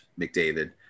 mcdavid